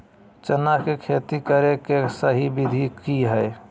चना के खेती करे के सही विधि की हय?